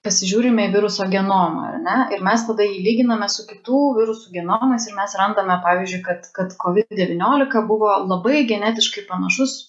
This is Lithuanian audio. pasižiūrime viruso genomą ar ne ir mes tada jį lyginame su kitų virusų genomais ir mes randame pavyzdžiui kad kad kovid devyniolika buvo labai genetiškai panašus